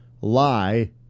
lie